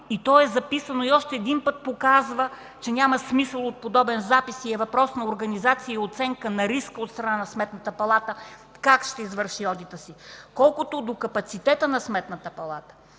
и е записано, и още един път показва, че няма смисъл от подобен запис, а е въпрос на организация и оценка на риск от страната на Сметната палата как ще извърши одита си. Колкото до капацитета на Сметната палата,